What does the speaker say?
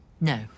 No